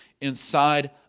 inside